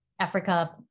Africa